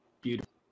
beautiful